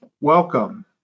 Welcome